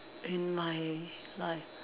in my life